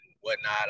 whatnot